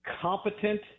competent